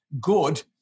good